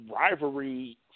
rivalry